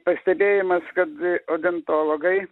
pastebėjimas kad odontologai